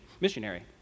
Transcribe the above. missionary